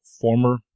former